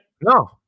No